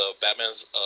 Batman's